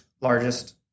largest